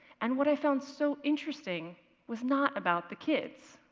and what i found so interesting was not about the kids.